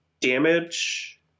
damage